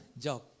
job